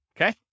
okay